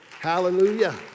Hallelujah